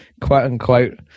quote-unquote